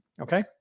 Okay